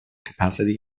capacity